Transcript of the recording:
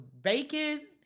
bacon